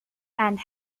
and